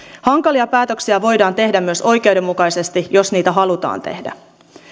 hankalia päätöksiä voidaan tehdä myös oikeudenmukaisesti jos niin halutaan tehdä